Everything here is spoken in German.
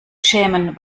schämen